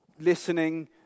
listening